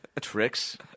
Tricks